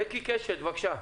בקי קשת, בבקשה.